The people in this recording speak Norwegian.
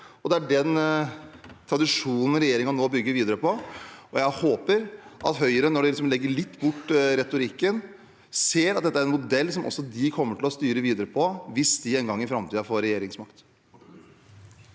det er den tradisjonen regjeringen nå bygger videre på. Jeg håper at Høyre, når de legger bort retorikken litt, ser at dette er en modell som også de kommer til å styre videre på, hvis de en gang i framtiden får regjeringsmakt.